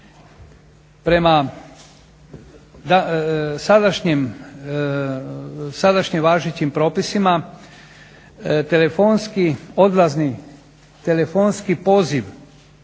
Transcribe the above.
Prema sadašnjim važećim propisima telefonski poziv